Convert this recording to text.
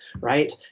Right